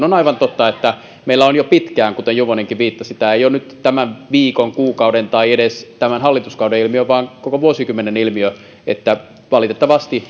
on aivan totta että meillä tilanne on vallinnut jo pitkään kuten juvonenkin viittasi tämä ei ole nyt tämän viikon kuukauden tai edes tämän hallituskauden ilmiö vaan koko vuosikymmenen ilmiö että valitettavasti